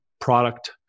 product